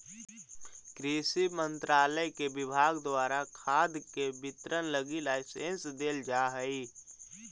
कृषि मंत्रालय के विभाग द्वारा खाद के वितरण लगी लाइसेंस देल जा हइ